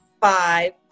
five